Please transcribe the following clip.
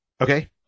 Okay